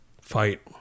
fight